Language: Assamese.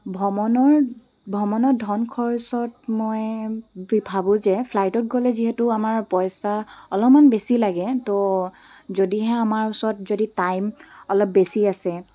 ভ্ৰমণৰ ভ্ৰমণৰ ধন খৰচত মই ভাবোঁ যে ফ্লাইটত গ'লে যিহেতু আমাৰ পইচা অলপমান বেছি লাগে তো যদিহে আমাৰ ওচৰত যদি টাইম অলপ বেছি আছে